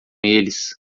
eles